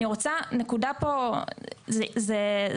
אני רוצה להעלות עוד נקודה שהיא נקודה